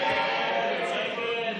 87. הצבעה.